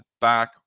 back